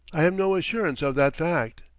i have no assurance of that fact.